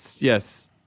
yes